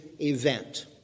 event